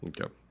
Okay